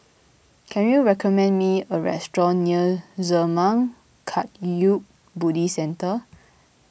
can you recommend me a restaurant near Zurmang Kagyud Buddhist Centre